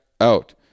out